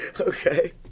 Okay